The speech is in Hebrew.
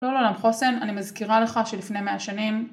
לא לעולם חוסן. אני מזכירה לך שלפני מאה שנים